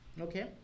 Okay